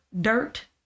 dirt